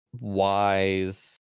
wise